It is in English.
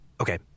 Okay